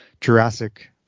Jurassic